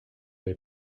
les